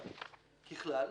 כלל,